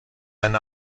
ein